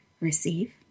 Receive